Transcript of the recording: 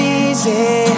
easy